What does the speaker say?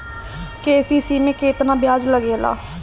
KCC में केतना ब्याज लगेला?